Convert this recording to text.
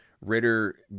Ritter